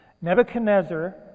Nebuchadnezzar